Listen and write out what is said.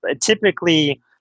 Typically